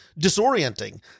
disorienting